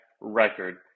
record